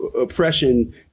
oppression